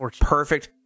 perfect